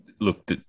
Look